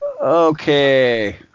okay